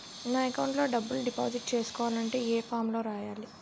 నా అకౌంట్ లో డబ్బులు డిపాజిట్ చేసుకోవాలంటే ఏ ఫామ్ లో రాయాలి?